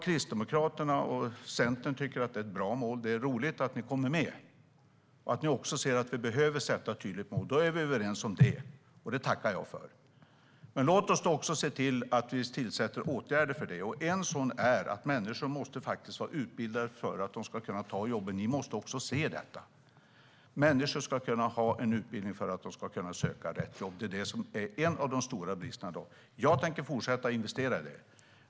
Kristdemokraterna och Centern tycker att det är ett bra mål, och det är roligt att ni kommer med och att ni också ser att vi behöver sätta ett tydligt mål. Då är vi överens om det, och det tackar jag för. Men låt oss också se till att vi vidtar de åtgärder som behövs. En sådan är att människor faktiskt måste vara utbildade för att de ska kunna ta de jobb som finns. Ni måste också se detta. Människor behöver ha en utbildning för att de ska kunna söka rätt jobb. Det här är en av de stora bristerna i dag. Jag tänker fortsätta investera i det här.